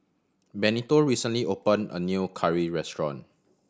Benito recently opened a new curry restaurant